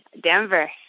Denver